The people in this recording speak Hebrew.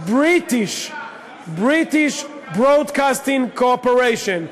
British Broadcasting Corporation.